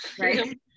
right